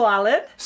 Alan